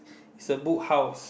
is a Book House